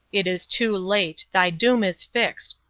it is too late, thy doom is fixed,